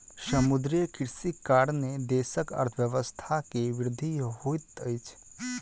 समुद्रीय कृषिक कारणेँ देशक अर्थव्यवस्था के वृद्धि होइत अछि